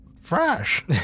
fresh